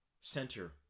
center